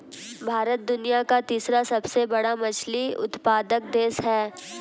भारत दुनिया का तीसरा सबसे बड़ा मछली उत्पादक देश है